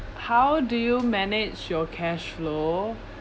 how do you manage your cash flow